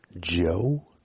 Joe